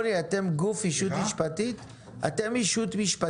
אתם ישות משפטית נפרדת?